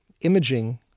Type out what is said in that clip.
imaging